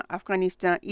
Afghanistan